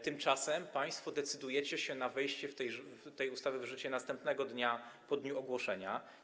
Tymczasem państwo decydujecie o wejściu tej ustawy w życie następnego dnia po dniu ogłoszenia.